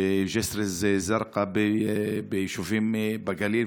בג'יסר א-זרקא, ביישובים בגליל.